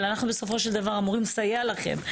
אבל אנחנו בסופו של דבר אמורים לסייע לכם.